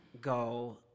go